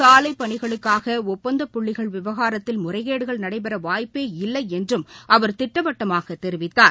சாலை பணிகளுக்கான ஒப்பந்தப் புள்ளிகள் விவகாரத்தில் முறைகேடுகள் நடைபெற வாய்ப்பே இல்லை என்றும் அவர் திட்டவட்டமாக தெரிவித்தார்